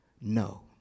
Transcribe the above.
no